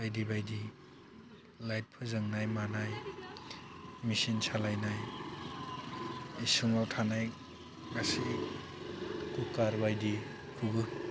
बायदि बायदि लाइट फोजोंनाय मानाय मेशिन सालायनाय इसिं रुमाव थानाय गासै कुकार बायदिखौबो